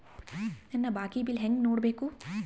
ನನ್ನ ಬಾಕಿ ಬಿಲ್ ಹೆಂಗ ನೋಡ್ಬೇಕು?